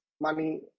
money